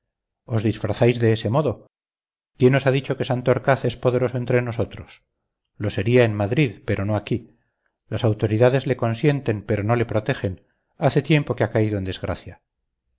de ese modo quién os ha dicho que santorcaz es poderoso entre nosotros lo sería en madrid pero no aquí las autoridades le consienten pero no le protegen hace tiempo que ha caído en desgracia